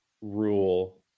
rule